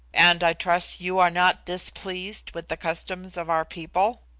and i trust you are not displeased with the customs of our people.